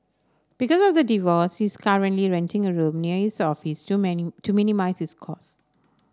because of the divorce she is currently renting a room near his office to mini to minimise his costs